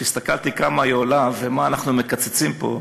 וכשהסתכלתי כמה היא עולה ומה אנחנו מקצצים פה,